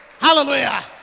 Hallelujah